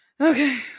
Okay